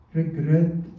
regret